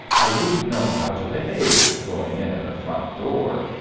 i wouldn't know how to behave, going in at a front door.